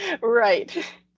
right